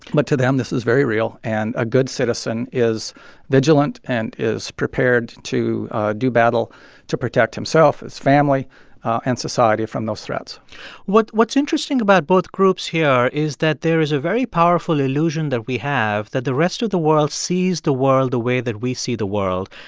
but to them, this is very real and a good citizen is vigilant and is prepared to do battle to protect himself, his family and society from those threats what's what's interesting about both groups here is that there is a very powerful illusion that we have that the rest of the world sees the world the way that we see the world.